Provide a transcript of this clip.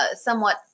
somewhat